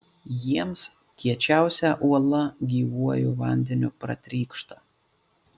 jiems kiečiausia uola gyvuoju vandeniu pratrykšta